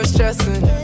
Stressing